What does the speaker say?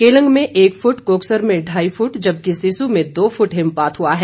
केलंग में एक फुट कोकसर में ढाई फुट जबकि सिसु में दो फुट हिमपात हुआ है